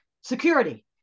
Security